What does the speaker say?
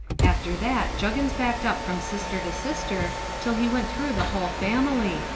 after that juggins backed up from sister to sister till he went through the whole family,